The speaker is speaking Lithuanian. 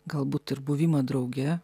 galbūt ir buvimą drauge